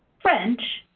french,